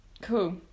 Cool